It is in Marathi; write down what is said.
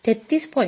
ते 33